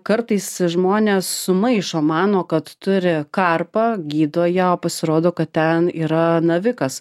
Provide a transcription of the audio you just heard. kartais žmonės sumaišo mano kad turi karpą gydo ją o pasirodo kad ten yra navikas